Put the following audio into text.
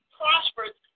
prosperous